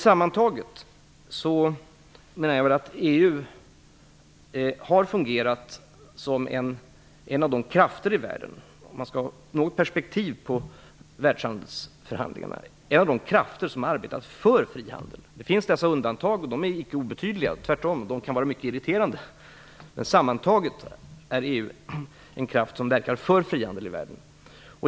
Sammantaget kan man säga, om man skall ha något perspektiv på förhandlingar om världshandeln, att EU har fungerat som en av de krafter i världen som har arbetat för frihandel. Det finns undantag som är icke obetydliga. De kan tvärtom vara mycket irriterande. Men sammantaget är EU en kraft som verkar för frihandel.